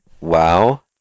wow